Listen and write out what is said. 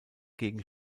gegen